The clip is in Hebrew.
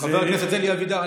חבר הכנסת אלי אבידר,